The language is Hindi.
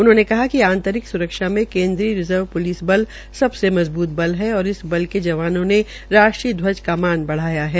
उन्होंने कहा कि आंतरिक स्रक्षा मे केन्द्रीय रिज़र्व प्लिस बल सबसे मजबूत है और इस बल के जवानों ने राष्ट्रीय घ्वज का मान बधाया है